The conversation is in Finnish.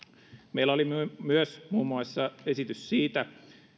meillä oli myös muun muassa esitys siitä